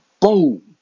boom